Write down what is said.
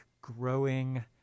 growing